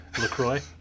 lacroix